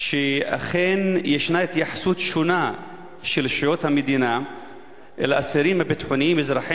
שאכן יש התייחסות שונה של רשויות המדינה אל האסירים הביטחוניים אזרחי